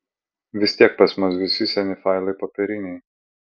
vis tiek pas mus visi seni failai popieriniai